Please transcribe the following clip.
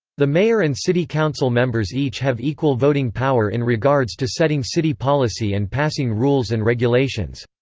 the mayor and city council members each have equal voting power in regards to setting city policy and passing rules and regulations.